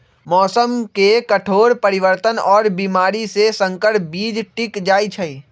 मौसम के कठोर परिवर्तन और बीमारी में संकर बीज टिक जाई छई